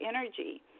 energy